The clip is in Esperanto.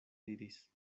diris